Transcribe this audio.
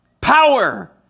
power